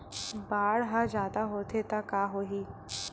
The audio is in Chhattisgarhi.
बाढ़ ह जादा होथे त का होही?